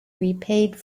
repaid